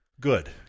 Good